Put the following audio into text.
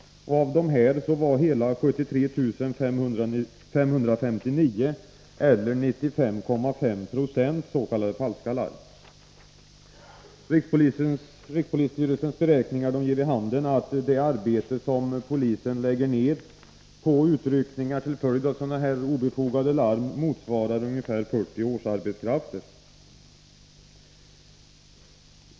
Av dessa var hela 73 559, eller 95,5 90, s.k. falska larm. Rikspolisstyrelsens beräkningar ger vid handen att det arbete som polisen lägger ned på utryckningar till följd av obefogade larm motsvarar ungefär 40 årsarbetskrafter.